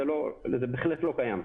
זה בהחלט לא קיים.